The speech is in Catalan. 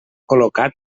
col·locat